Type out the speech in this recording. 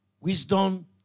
Wisdom